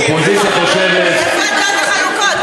האופוזיציה חושבת, איפה הדעות החלוקות?